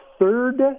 third